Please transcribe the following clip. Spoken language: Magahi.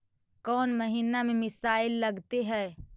कौन महीना में मिसाइल लगते हैं?